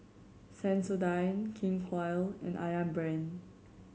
Sensodyne King Koil and Ayam Brand